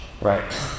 Right